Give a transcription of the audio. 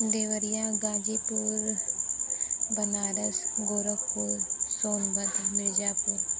Deoria Ghazipur Banaras Gorakhpur Sonbhadra Mirzapur